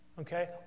Okay